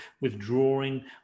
withdrawing